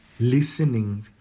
Listening